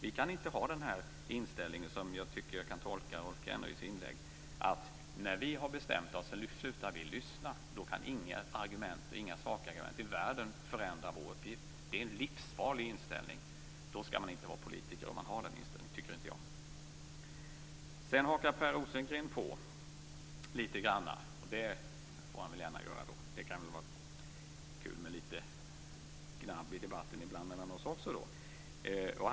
Vi kan inte ha den inställning som jag tycker mig kunna tolka in i Rolf Kenneryds inlägg, nämligen att när vi har bestämt oss slutar vi lyssna. Då kan inga sakargument i världen förändra vår uppfattning. Det är en livsfarlig inställning. Har man den tycker jag inte att man skall vara politiker. Sedan hakar Per Rosengren på litet grand, och det får han väl gärna göra. Det kan väl vara kul med litet gnabb i debatten mellan oss också ibland.